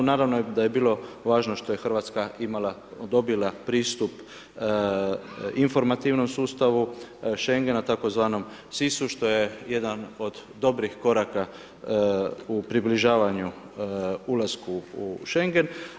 Naravno da je bilo važno što je Hrvatska dobila pristup informativnom sustavu schengena tzv. SIS-u što je jedan od dobrih koraka u približavanju ulasku u schengen.